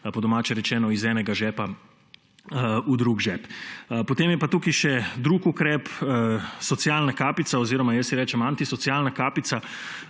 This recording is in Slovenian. Po domače rečeno iz enega žepa v drug žep. Potem je pa tukaj še drug ukrep, socialna kapica oziroma jaz ji rečem antisocialna kapica.